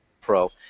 Pro